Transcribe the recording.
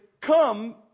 come